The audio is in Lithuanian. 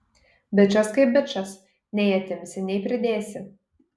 bičas kaip bičas nei atimsi nei pridėsi